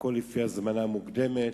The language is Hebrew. הכול לפי הזמנה מוקדמת,